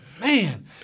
man –